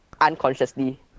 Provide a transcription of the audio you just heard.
unconsciously